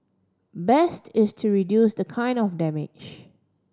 best is to reduce the kind of damage